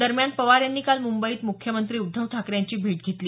दरम्यान पवार यांनी काल मुंबईत मुख्यमंत्री उद्धव ठाकरे यांची भेट घेतली